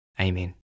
Amen